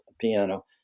piano